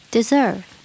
Deserve